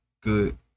good